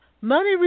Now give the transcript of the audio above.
Money